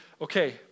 okay